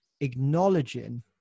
acknowledging